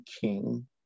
king